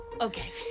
Okay